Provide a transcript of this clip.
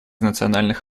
национальных